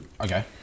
okay